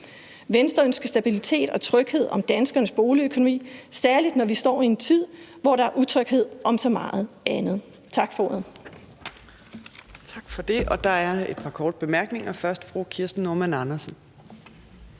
Venstre ønsker stabilitet og tryghed om danskernes boligøkonomi, særlig når vi står i en tid, hvor der er utryghed om så meget andet. Tak for ordet.